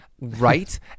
right